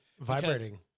vibrating